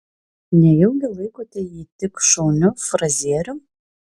nejaugi laikote jį tik šauniu frazierium